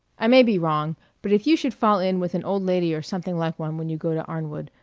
i may be wrong but if you should fall in with an old lady or something like one when you go to arnwood,